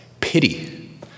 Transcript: pity